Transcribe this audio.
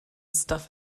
stuff